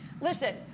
listen